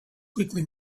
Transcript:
quickly